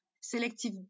selective